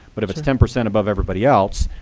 but if it's ten percent above everybody else,